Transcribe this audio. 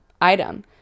item